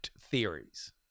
theories